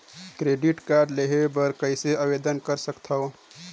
Credit card लेहे बर कइसे आवेदन कर सकथव?